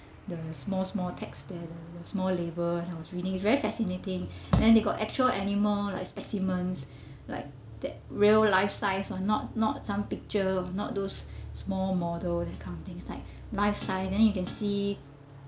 the small small text there the the small labels and I was reading it's very fascinating then they got actual animal like specimens like that real life size one not not some picture or not those small model that kind of things like life size then you can see